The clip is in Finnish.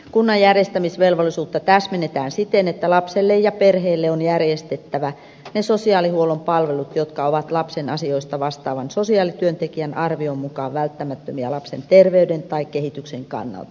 kunnan järjestämisvelvollisuutta täsmennetään siten että lapselle ja perheelle on järjestettävä ne sosiaalihuollon palvelut jotka ovat lapsen asioista vastaavan sosiaalityöntekijän arvion mukaan välttämättömiä lapsen terveyden tai kehityksen kannalta